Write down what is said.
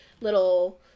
little